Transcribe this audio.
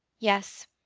yes.